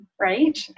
right